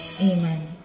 Amen